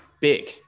big